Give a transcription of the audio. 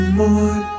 more